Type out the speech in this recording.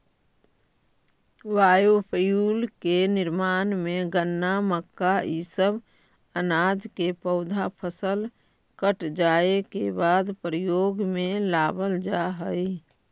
biofuel के निर्माण में गन्ना, मक्का इ सब अनाज के पौधा फसल कट जाए के बाद प्रयोग में लावल जा हई